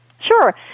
Sure